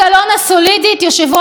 נכון, מפלגת.